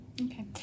Okay